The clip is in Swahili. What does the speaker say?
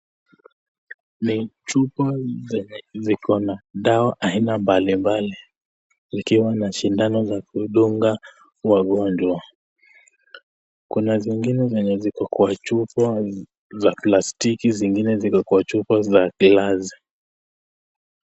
Ni chupa zenye ziko na dawa aina mbalimbali zikiwa na sindano ya kudunga wagonjwa ,kuna zingine ziko kwa chupa ya plastiki zingine ziko kwa chupa za glasii.